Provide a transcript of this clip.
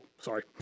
sorry